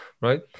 right